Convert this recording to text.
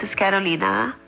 Carolina